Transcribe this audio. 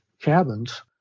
cabins